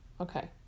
Okay